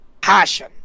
passion